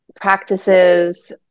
practices